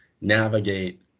navigate